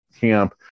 camp